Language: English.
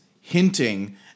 hinting